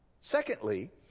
Secondly